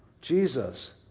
Jesus